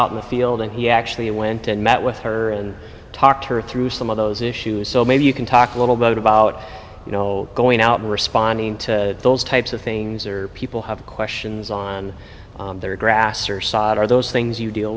out in the field and he actually went and met with her and talked her through some of those issues so maybe you can talk a little bit about you know going out and responding to those types of things are people have questions on their grass or side are those things you deal